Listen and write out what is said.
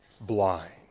blind